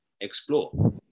explore